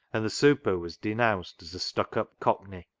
and the super was denounced as a stuck-up cockney,